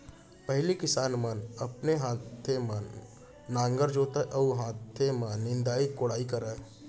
पहिली किसान मन अपने हाथे म नांगर जोतय अउ हाथे म निंदई कोड़ई करय